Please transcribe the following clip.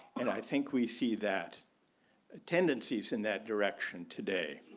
and i think we see that ah tendencies in that direction today,